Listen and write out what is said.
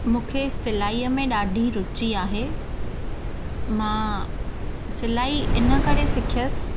मूंखे सिलाईअ में ॾाढी रूची आहे मां सिलाई इन करे सिखियसि